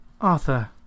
Arthur